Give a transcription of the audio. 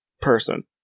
person